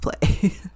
play